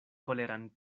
koleran